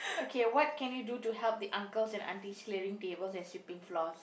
okay what can you do to help the uncles and aunties clearing tables and sweeping floors